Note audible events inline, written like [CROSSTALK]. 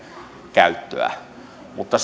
käyttöä mutta [UNINTELLIGIBLE]